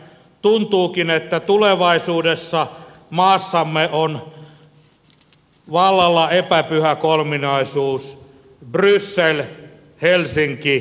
tuntuukin että tulevaisuudessa maassamme on vallalla epäpyhä kolminaisuus brysselhelsinkisuurkunta